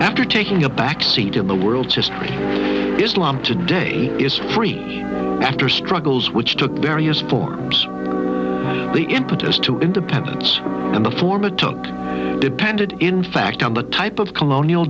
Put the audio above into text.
after taking a backseat in the world's history islam today is free after struggles which took various forms the impetus to independence in the former took depended in fact on the type of colonial